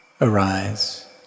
arise